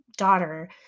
Daughter